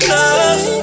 love